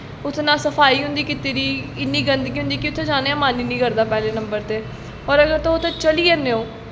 उत्थै नां सफाई होंदी कीती दी इन्नी गंदगी होंदी कि उत्थें जानें दा मन गै निं करदा पैह्लैं नंबर ते होर अगर तुस उद्धर चली जन्ने ओ